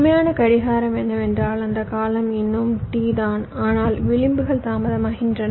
உண்மையான கடிகாரம் என்னவென்றால் அந்தக் காலம் இன்னும் T தான் ஆனால் விளிம்புகள் தாமதமாகின்றன